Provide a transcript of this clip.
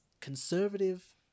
conservative